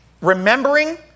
Remembering